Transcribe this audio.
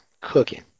Cooking